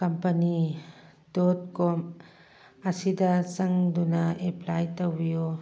company dot com ꯑꯁꯤꯗ ꯆꯪꯗꯨꯅ apply ꯇꯧꯕꯤꯌꯨ